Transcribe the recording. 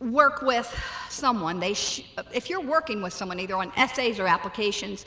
work with someone they shhh if you're working with someone either on essays or applications